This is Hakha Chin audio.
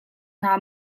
hna